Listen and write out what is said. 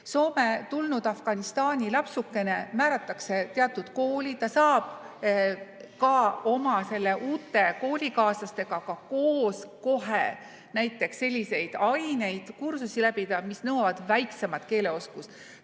Soome tulnud Afganistani lapsuke määratakse teatud kooli, ta saab oma uute koolikaaslastega koos kohe näiteks selliseid aineid, kursusi läbida, mis nõuavad väiksemat soome keele oskust.